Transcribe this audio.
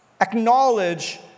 acknowledge